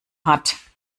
hat